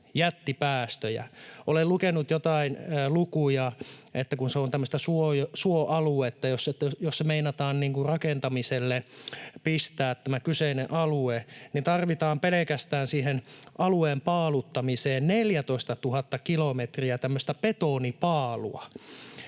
jättipäästöjä. Olen lukenut joitain lukuja: Kun se on tämmöistä suoaluetta, niin jos meinataan rakentamiselle pistää tämä kyseinen alue, niin pelkästään siihen alueen paaluttamiseen tarvitaan 14 000 kilometriä tämmöistä betonipaalua,